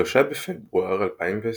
ב-3 בפברואר 2020